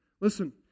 Listen